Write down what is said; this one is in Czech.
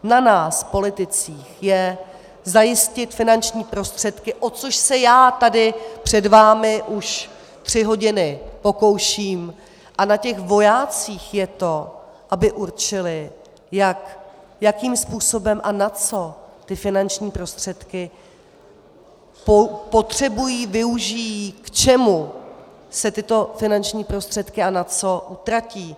Na nás politicích je zajistit finanční prostředky, o což se já tady před vámi už tři hodiny pokouším, a na těch vojácích je to, aby určili, jakým způsobem a na co ty finanční prostředky potřebují, využijí, k čemu se tyto finanční prostředky a na co utratí.